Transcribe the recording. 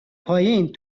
پایین